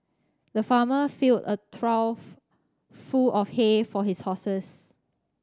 the farmer filled a trough of full of hay for his horses